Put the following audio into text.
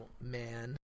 man